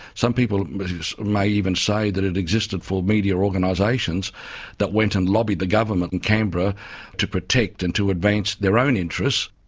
some people may even say that it existed for media organisations that went and lobbied the government in canberra to protect and to advance their own interests.